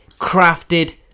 crafted